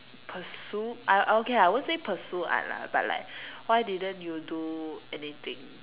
pursue I'll I okay lah won't say pursue art lah but like why didn't you do anything